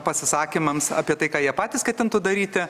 pasisakymams apie tai ką jie patys ketintų daryti